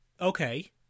okay